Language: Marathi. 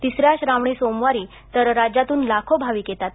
तिसऱ्या श्रावणी सोमवारी तर राज्यातून लाखो भाविक येतात